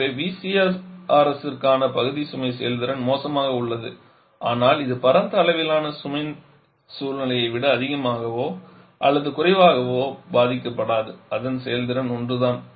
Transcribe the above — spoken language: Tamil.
எனவே VCRS ற்கான பகுதி சுமை செயல்திறன் மோசமாக உள்ளது ஆனால் இது பரந்த அளவிலான சுமை சூழ்நிலையை விட அதிகமாகவோ அல்லது குறைவாகவோ பாதிக்கப்படாது அதன் செயல்திறன் ஒன்றுதான்